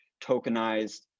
tokenized